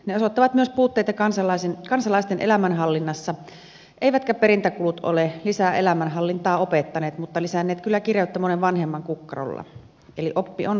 ne osoittavat myös puutteita kansalaisten elämänhallinnassa eivätkä perintäkulut ole lisää elämänhallintaa opettaneet mutta lisänneet kyllä kireyttä monen vanhemman kukkarolla eli oppi on saatava aiemmin